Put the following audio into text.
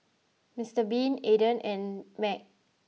Mister Bean Aden and Mag